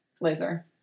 laser